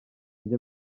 njye